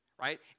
right